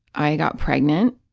i got pregnant,